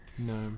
No